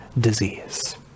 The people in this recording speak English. disease